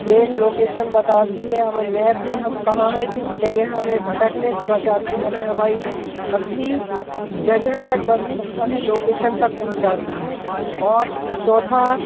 man location बताती है हमें मैप में हम कहाँ है किस जगह हमें भटकने से बचाती है हमें हमारे असली जगह तक पहुँचता लोकेशन तक पहुँचती है और चौथा